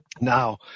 Now